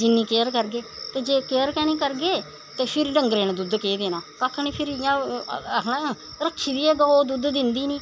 जिन्नी केयर करगे ते जे केयर गै निं करगे ते फिर डंगरे ने दुद्ध केह् देना कक्ख निं फिर इ'यां आखना रक्खी दी ओह् गौ दुद्ध दिंदी गै निं